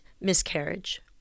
miscarriage